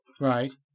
Right